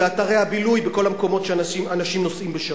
באתרי הבילוי ובכל המקומות שאנשים נוסעים בשבת.